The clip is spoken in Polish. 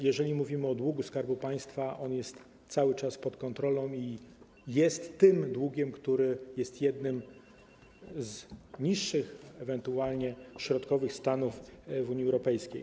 Jeżeli mówimy o długu Skarbu Państwa, on jest cały czas pod kontrolą i jest tym długiem, który jest jednym z niższych, ewentualnie środkowych stanów w Unii Europejskiej.